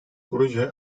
proje